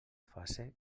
fase